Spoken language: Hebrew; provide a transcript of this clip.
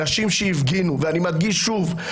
אני מדגיש שוב,